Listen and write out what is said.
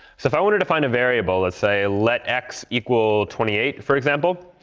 so if i wanted to find a variable, let's say let x equal twenty eight, for example,